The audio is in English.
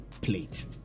plate